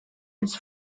its